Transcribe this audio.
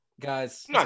guys